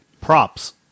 Props